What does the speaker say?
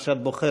מה שאת בוחרת.